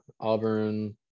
Auburn